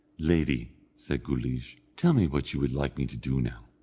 lady, said guleesh, tell me what you would like me to do now.